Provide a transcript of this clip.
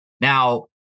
now